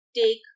take